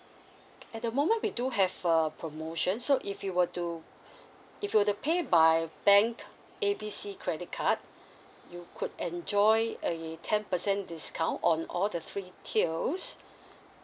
at the moment we do have a promotion so if you were to if you were to pay by bank A B C credit card you could enjoy a ten percent discount on all the three tiers